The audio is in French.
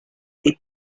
est